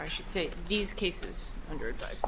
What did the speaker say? i should say these cases hundreds